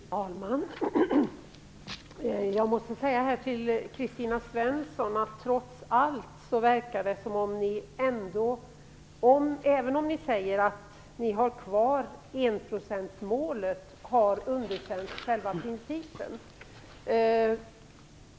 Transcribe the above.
Fru talman! Jag måste säga till Kristina Svensson att det även om ni säger att ni har kvar enprocentsmålet verkar som om ni har underkänt själva principen.